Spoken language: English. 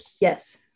Yes